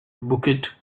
bukit